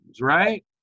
right